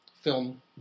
film